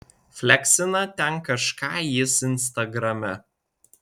fleksina ten kažką jis instagrame